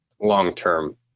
long-term